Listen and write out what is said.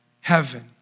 heaven